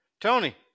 Tony